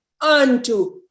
unto